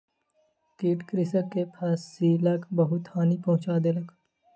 कीट कृषक के फसिलक बहुत हानि पहुँचा देलक